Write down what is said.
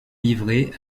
livrée